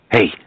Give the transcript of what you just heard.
Hey